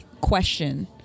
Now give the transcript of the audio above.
question